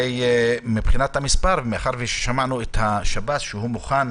ומבחינת המספר, מאחר ששמענו את השב"ס שמוכן